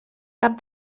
cap